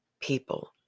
people